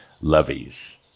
levies